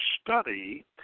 study